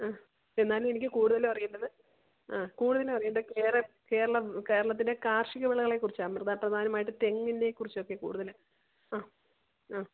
അ എന്നാലും എനിക്ക് കൂടുതലും അറിയേണ്ടത് അ കൂടുതലും അറിയേണ്ടത് കേരളം കേരളത്തിൻ്റെ കാർഷിക വിളകളെ കുറിച്ചാണ് പ്രധാനമായിട്ടും തെങ്ങിനെക്കുറിച്ച് ഒക്കെ കൂടുതൽ അ അ